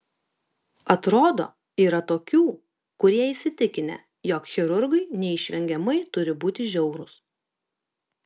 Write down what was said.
atrodo yra tokių kurie įsitikinę jog chirurgai neišvengiamai turi būti žiaurūs